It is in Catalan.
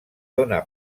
dóna